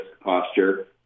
posture